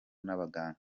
n’abaganga